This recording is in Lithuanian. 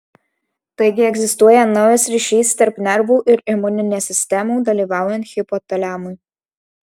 taigi egzistuoja naujas ryšys tarp nervų ir imuninės sistemų dalyvaujant hipotaliamui